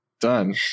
Done